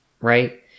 right